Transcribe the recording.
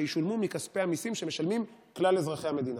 שיושלמו מכספי המיסים שמשלמים כלל אזרחי המדינה.